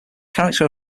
character